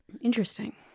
Interesting